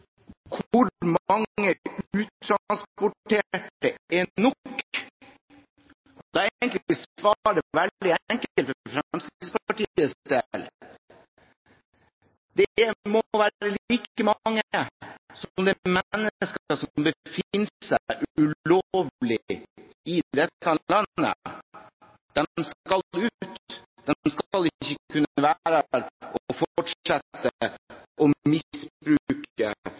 hvor mange uttransporterte som er nok, er svaret egentlig veldig enkelt for Fremskrittspartiets del. Det må være like mange som det er mennesker som befinner seg ulovlig i dette landet. De skal ut, de skal ikke kunne være her og fortsette å misbruke